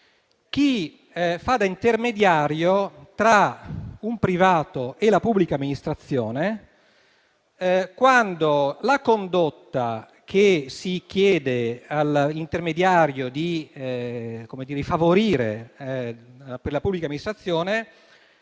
chi fa da intermediario tra un privato e la pubblica amministrazione, quando la condotta che si chiede all'intermediario di favorire per la pubblica amministrazione